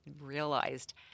realized –